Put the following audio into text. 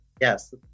yes